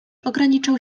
ograniczał